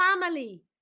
family